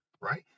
right